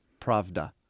Pravda